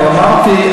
אבל אמרתי,